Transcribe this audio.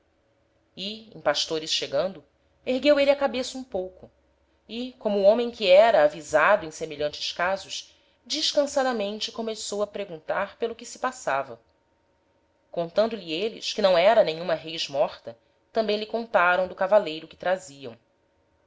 e em pastores chegando ergueu êle a cabeça um pouco e como homem que era avisado em semelhantes casos descansadamente começou a preguntar pelo que se passava contando-lhe êles que não era nenhuma rês morta tambem lhe contaram do cavaleiro que traziam